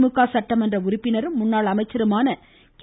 திமுக சட்டமன்ற உறுப்பினரும் முன்னாள் அமைச்சருமான கே